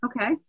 Okay